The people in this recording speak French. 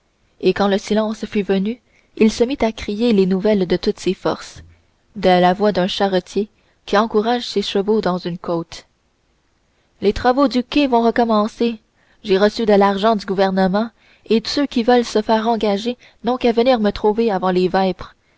et quand le silence fut venu il se mit à crier les nouvelles de toutes ses forces de la voix d'un charretier qui encourage ses chevaux dans une côte les travaux du quai vont recommencer j'ai reçu de l'argent du gouvernement et tous ceux qui veulent se faire engager n'ont qu'à venir me trouver avant les vêpres